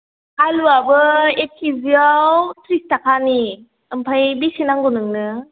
आलुआबो एक किजिआव थ्रिस थाखानि ओमफ्राय बेसे नांगौ नोंनो